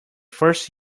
first